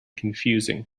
confusing